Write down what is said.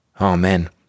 Amen